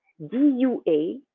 D-U-A